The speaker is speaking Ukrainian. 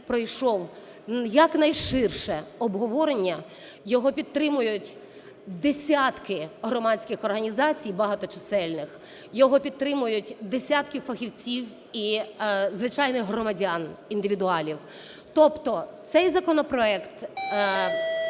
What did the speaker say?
якнайширше обговорення, його підтримують десятки громадських організацій багаточисельних, його підтримують десятки фахівців і звичайних громадян, індивідуалів. Тобто цей законопроект